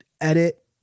edit